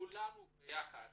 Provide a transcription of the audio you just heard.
כולנו ביחד